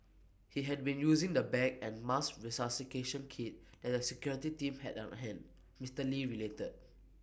he had been using the bag and mask resuscitation kit that the security team had on hand Mister lee related